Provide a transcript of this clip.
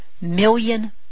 million